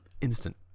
instant